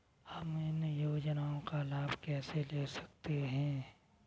हम इन योजनाओं का लाभ कैसे ले सकते हैं?